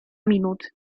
minut